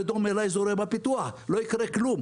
לא יקרה כלום.